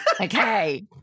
Okay